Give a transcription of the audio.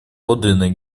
подлинной